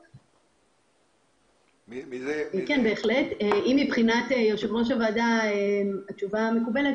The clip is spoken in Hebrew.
אם מבחינת יושב-ראש הוועדה התשובה מקובלת,